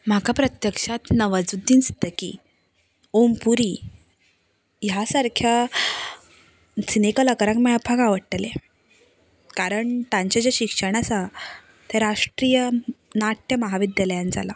म्हाका प्रत्यक्षान नवाजुद्दीन सिद्दिकी ओम पुरी ह्या सारक्या ह्या सारक्या सिनेकलाकारांक मेळपाक आवडटलें कारण तांचें जें शिक्षण आसा तें राष्ट्रीय नाट्य म्हाविद्यालयांत जालां